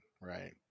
right